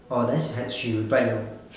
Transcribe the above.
oh that's has she reply you